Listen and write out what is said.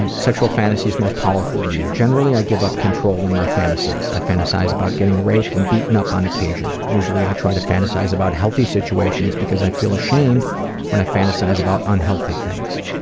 and sexual fantasies most powerful to you generally i give up control in my fantasies. i fantasize about getting raped and beaten up on occasion. usually i try to fantasize about healthy situations because i feel ashamed when i fantasize about unhealthy things.